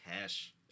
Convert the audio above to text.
cash